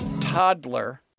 toddler